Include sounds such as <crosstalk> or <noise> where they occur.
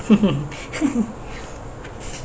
<laughs>